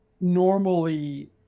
normally